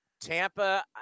Tampa